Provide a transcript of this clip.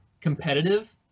competitive